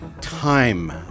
time